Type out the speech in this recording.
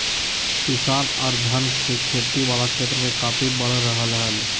किसान आर धान के खेती वला क्षेत्र मे काफी बढ़ रहल हल